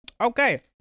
Okay